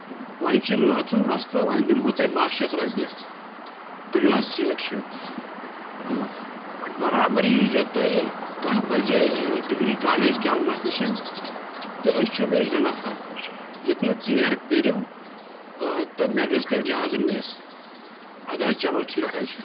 وۄنۍ چھُ رٲژ ہُنٛد مسلہٕ وۄنۍ دِمہِ ہو تۄہہ بہہ شیٚتھ رۄپیہِ تُلیوٗ حظ ٹھیٖک چھُ آ برابر یٖزیو تُہۍ کاہہ بجے ڈگری کالج کیلمس نِش تہٕ أسۍ چھِو بیٚیہِ زٕ نفر یُتھ نہٕ ژیر کٔرِو تہٕ مےٚ گژھِ تیلہِ جہازٕ مِس ادٕ حظ چلو ٹھیٖک حظ چھُ